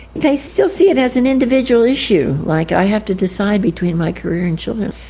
they still see it as an individual issue, like i have to decide between my career and children.